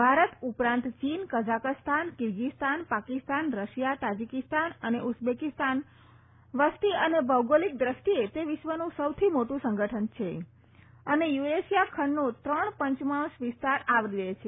ભારત ઉપરાંત ચીન Kazakhstan Kyrgyzstan Pakistan Russia Tajikistan અને ઉઝબેકિસ્તાન વસતિ અને ભૌગોલિક દેષ્ટિએ તે વિશ્વનું સૌથી મોટું સંગઠન છે અને તે યુરેશિયા ખંડનો ત્રણ પંચમાંશ વિસ્તાર આવરી લે છે